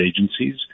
agencies